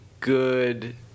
Good